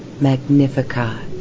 Magnifica